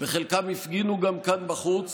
וחלקם הפגינו גם כאן בחוץ